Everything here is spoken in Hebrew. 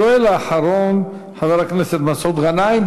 השואל האחרון הוא חבר הכנסת מסעוד גנאים,